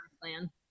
plan